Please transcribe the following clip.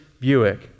Buick